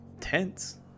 tense